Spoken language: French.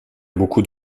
beaucoup